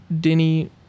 Denny